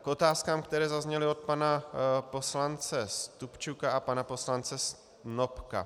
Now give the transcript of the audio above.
K otázkám, které zazněly od pana poslance Stupčuka a pana poslance Snopka.